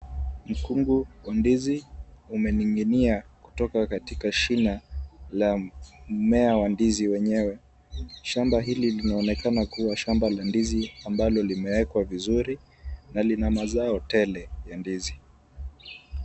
Mkungu wa ndizi umeninginia kutoka katika shina la mmea wa ndizi wenyewe . Shamba hili linaonekana kuwa shamba la ndizi ambalo limewekwa vizuri na lina mazao tele ya ndizi.